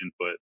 input